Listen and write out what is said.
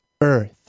earth